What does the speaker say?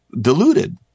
diluted